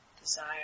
Desire